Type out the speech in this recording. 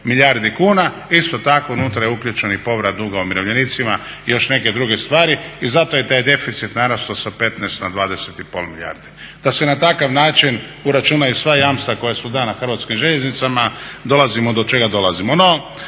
milijardu kuna. Isto tako unutra je uključen i povrat duga umirovljenicima i još neke druge stvari i zato je taj deficit narastao s 15 na 20,5 milijardi. Da se na takav način uračunaju sva jamstva koja su dana Hrvatskim željeznicama dolazimo do čega dolazimo, no